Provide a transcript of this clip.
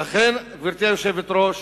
גברתי היושבת-ראש,